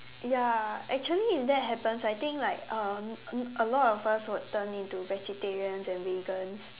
ya actually if that happens I think like um a lot of us would turn into vegetarians and vegans